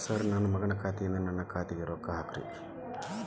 sir ನನ್ನ ಮಗನ ಖಾತೆ ಯಿಂದ ನನ್ನ ಖಾತೆಗ ರೊಕ್ಕಾ ಹಾಕ್ರಿ